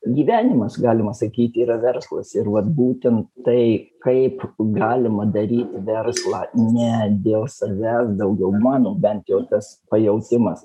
gyvenimas galima sakyti yra verslas ir vat būtent tai kaip galima daryti verslą ne dėl savęs daugiau mano bent jau tas pajautimas